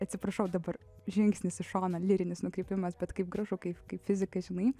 atsiprašau dabar žingsnis į šoną lyrinis nukrypimas bet kaip gražu kaip kaip fizikai žinai